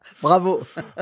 Bravo